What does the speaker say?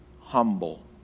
humble